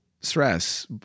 stress